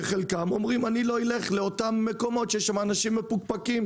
שחלקם אומרים: אני לא אלך למקומות שיש בהם אנשים מפוקפקים.